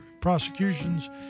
prosecutions